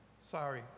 Sorry